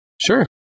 Sure